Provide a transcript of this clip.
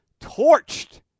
torched